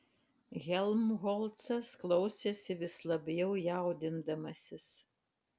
helmholcas klausėsi vis labiau jaudindamasis